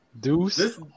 Deuce